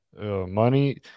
Money